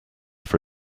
for